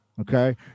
Okay